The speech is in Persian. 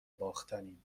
باختنیم